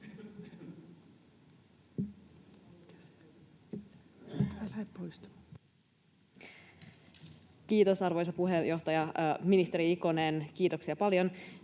Kiitos, arvoisa puheenjohtaja! Ministeri Ikonen, kiitoksia paljon.